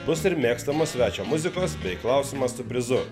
bus ir mėgstamas svečio muzikos bei klausimas su brizu